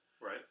Right